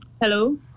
Hello